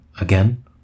again